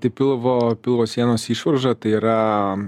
tai pilvo pilvo sienos išvarža tai yra